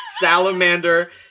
salamander